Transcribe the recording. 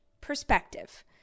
perspective